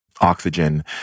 oxygen